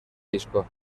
disco